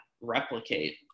replicate